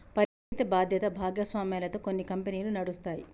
పరిమిత బాధ్యత భాగస్వామ్యాలతో కొన్ని కంపెనీలు నడుస్తాయి